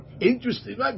Interesting